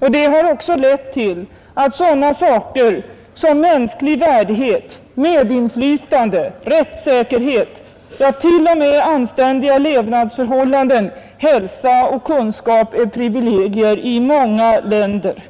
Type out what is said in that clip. Och det har också lett till att sådana saker som mänsklig värdighet, medinflytande, rättssäkerhet, ja t.o.m. anständiga levnadsförhållanden, hälsa och kunskap är privilegier i många länder.